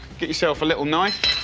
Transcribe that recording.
get yourself a little knife.